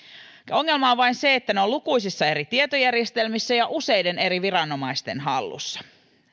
ongelma on vain se että ne ovat lukuisissa eri tietojärjestelmissä ja useiden eri viranomaisten hallussa